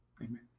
Amen